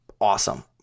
awesome